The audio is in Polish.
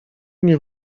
nie